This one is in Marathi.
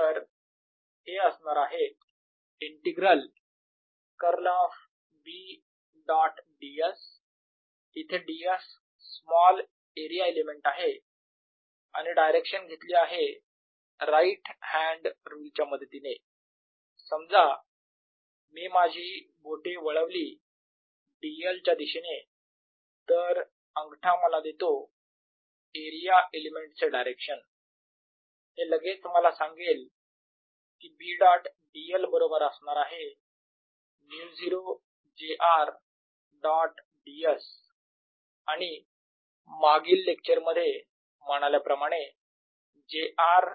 तर हे असणार आहे integral curl of B dot ds इथे ds स्मॉल एरिया एलिमेंट आहे आणि डायरेक्शन घेतली आहे राईट हॅन्ड रुल च्या मदतीने समजा मी माझी बोटे वळवली dl च्या दिशेने तर अंगठा मला देतो एरिया एलिमेंट चे डायरेक्शन हे लगेच मला सांगेल कि B डॉट dl बरोबर असणार आहे μ0 j r डॉट ds आणि मागील लेक्चर मध्ये म्हणाल्याप्रमाणे j r